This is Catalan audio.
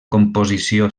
composició